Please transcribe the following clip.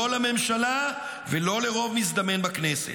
לא לממשלה ולא לרוב מזדמן בכנסת.